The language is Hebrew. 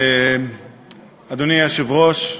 אדוני היושב-ראש,